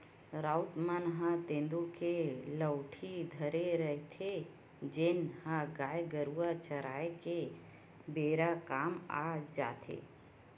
राउत मन ह तेंदू के लउठी धरे रहिथे, जेन ह गाय गरुवा चराए के बेरा काम म आथे